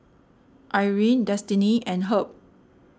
Irene Destiney and Herb